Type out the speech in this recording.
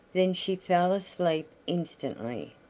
then she fell asleep instantly,